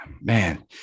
man